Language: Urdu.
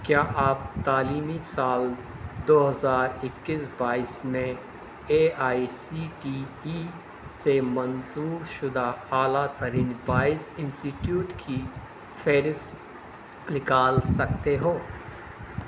کیا آپ تعلیمی سال دو ہزار اکیس بائیس میں A I C T E سے منظور شدہ اعلی ترین بائیس انسٹیوٹ کی فہرست نکال سکتے ہو